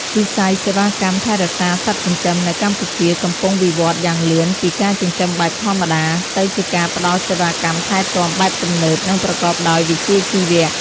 វិស័យសេវាកម្មថែរក្សាសត្វចិញ្ចឹមនៅកម្ពុជាកំពុងវិវត្តយ៉ាងលឿនពីការចិញ្ចឹមបែបធម្មតា ទៅជាការផ្ដល់សេវាកម្មថែទាំបែបទំនើប និងប្រកបដោយវិជ្ជាជីវៈ។